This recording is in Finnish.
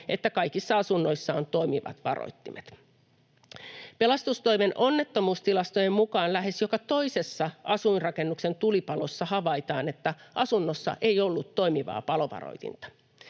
että kaikissa asunnoissa on toimivat varoittimet. Pelastustoimen onnettomuustilastojen mukaan lähes joka toisessa asuinrakennuksen tulipalossa havaitaan, että asunnossa ei ollut toimivaa palovaroitinta.